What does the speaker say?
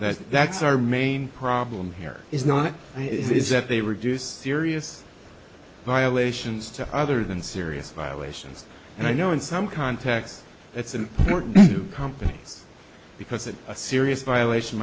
that's that's our main problem here is not it is that they reduced serious violations to other than serious violations and i know in some context that's important to companies because it's a serious violation